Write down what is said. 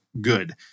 good